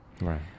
right